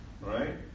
right